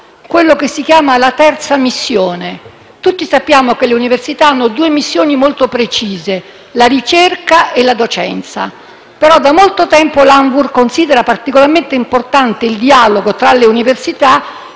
la cosiddetta terza missione. Tutti sappiamo che le università hanno due missioni molto precise: la ricerca e la docenza. Però da molto tempo l'Anvur considera particolarmente importante il dialogo tra le università, la società,